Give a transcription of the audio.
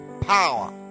power